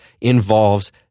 involves